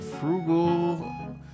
Frugal